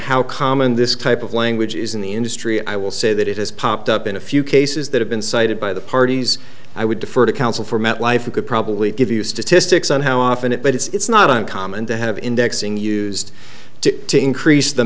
how common this kind of language is in the industry i will say that it has popped up in a few cases that have been cited by the parties i would defer to counsel for metlife who could probably give you statistics on how often it but it's not uncommon to have indexing used to increase the